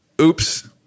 Oops